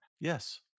Yes